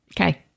Okay